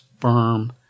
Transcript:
firm